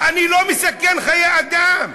אני לא מסכן חיי אדם,